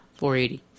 480